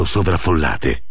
sovraffollate